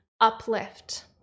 uplift